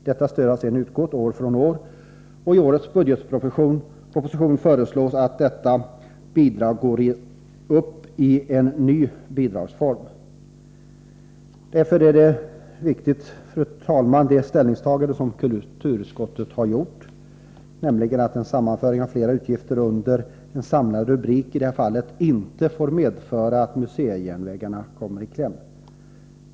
Detta stöd har sedan utgått år från år, och i årets budgetproposition föreslås att detta bidrag går upp i en ny bidragsform. Därför är kulturutskottets ställningstagande riktigt, nämligen att en sammanföring av flera utgifter under en samlad rubrik i det här fallet inte får medföra att museijärnvägarna kommer i kläm.